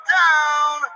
down